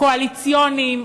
קואליציוניים,